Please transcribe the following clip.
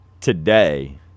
today